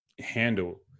handle